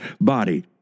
body